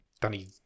Danny